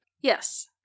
Yes